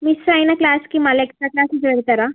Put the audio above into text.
miss అయిన క్లాస్కి మళ్ళీ ఎక్స్ట్రా క్లాసెస్ పెడతారా